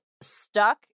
stuck